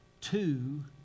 two